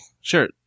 Sure